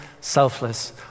selfless